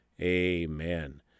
amen